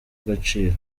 agaciro